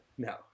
No